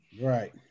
Right